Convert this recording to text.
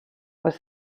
was